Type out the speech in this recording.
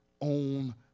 own